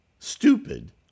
Stupid